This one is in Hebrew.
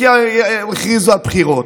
כי הכריזו על בחירות.